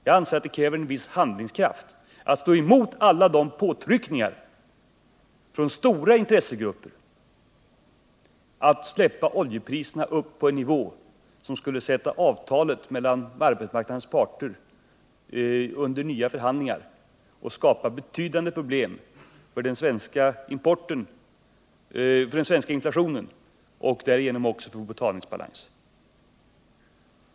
Jag anser att det krävs en viss handlingskraft för att stå emot alla påtryckningar från stora intressegrupper om att släppa oljepriserna upp på en nivå som skulle sätta avtalet mellan arbetsmarknadens parter under nya förhandlingar och skapa betydande inflationsproblem i den svenska ekonomin och därigenom också för betalningsbalansen.